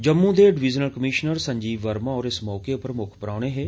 जम्मू दे divisional commissioner Sanjeev Verma होर इस मौके पर मुक्ख परौहन हे